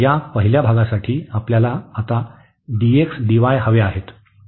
तर या पहिल्या भागासाठी आपल्याला आता dx dy हवे आहेत